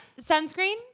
Sunscreen